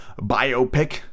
biopic